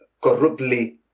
corruptly